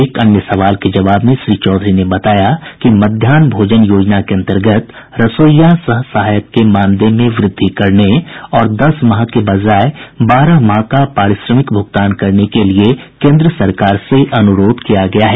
एक अन्य सवाल के जवाब में श्री चौधरी ने बताया कि मध्याहन भोजन योजना के अंतर्गत रसोईया सह सहायक के मानदेय में वृद्धि करने और दस माह के बजाय बारह माह का पारिश्रमिक भुगतान करने के लिये केंद्र सरकार से अनुरोध किया गया है